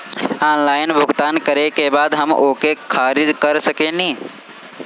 Online भुगतान करे के बाद हम ओके खारिज कर सकेनि?